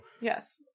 yes